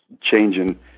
changing